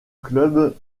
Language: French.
club